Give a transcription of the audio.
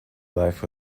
life